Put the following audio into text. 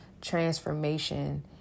transformation